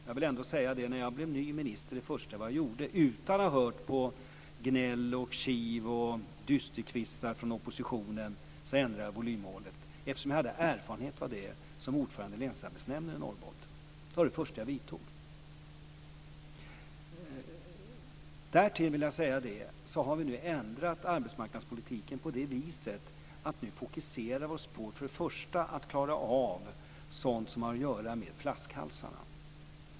Jag vill ändå säga att det första jag gjorde när jag blev ny minister, utan att ha hört på gnäll, kiv och dysterkvistar från oppositionen, var att ändra volymmålet, eftersom jag hade erfarenhet av det som ordförande i länsarbetsnämnden i Norrbotten. Det var den första åtgärd jag vidtog. Därtill vill jag säga att vi nu har ändrat arbetsmarknadspolitiken på det viset att vi först och främst fokuserar på att klara av sådant som har att göra med flaskhalsarna.